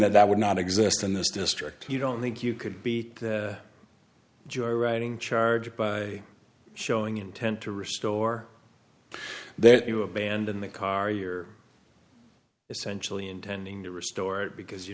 that that would not exist in this district you don't think you could be joyriding charge by showing intent to restore there you abandon the car you're essentially intending to restore it because you